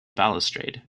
balustrade